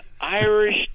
Irish